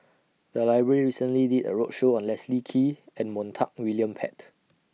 The Library recently did A roadshow on Leslie Kee and Montague William Pett